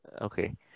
Okay